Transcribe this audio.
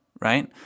Right